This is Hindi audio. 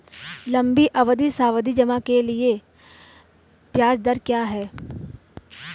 लंबी अवधि के सावधि जमा के लिए ब्याज दर क्या है?